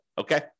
okay